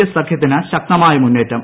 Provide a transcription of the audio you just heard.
S സഖ്യത്തിന് ശക്തമായ മുന്നേറ്റം